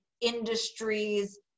industries